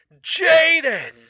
Jaden